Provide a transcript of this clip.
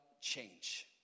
change